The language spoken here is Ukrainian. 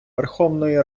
верховної